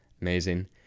amazing